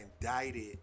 indicted